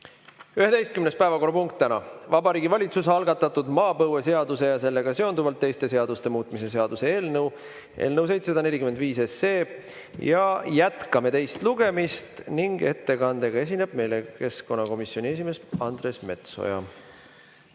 11. päevakorrapunkt on Vabariigi Valitsuse algatatud maapõueseaduse ja sellega seonduvalt teiste seaduste muutmise seaduse eelnõu eelnõu 745. Jätkame teist lugemist ja ettekandega esineb meile keskkonnakomisjoni esimees Andres Metsoja.